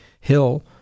Hill